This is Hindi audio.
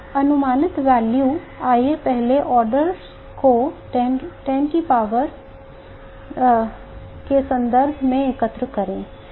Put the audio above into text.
अनुमानित value आइए पहले orders को 10 की power के संदर्भ में एकत्र करें